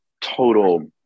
total